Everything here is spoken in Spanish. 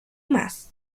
más